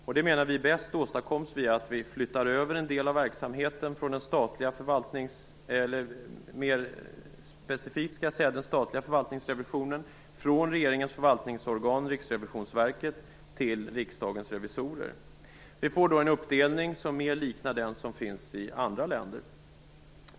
Detta menar vi bäst åstadkoms via att vi flyttar över en del av verksamheten, den statliga förvaltningsrevisionen, från regeringens förvaltningsorgan Riksrevisionsverket till Riksdagens revisorer. Vi får då en uppdelning som mer liknar den som finns i andra länder.